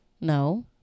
No